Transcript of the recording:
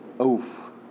Oof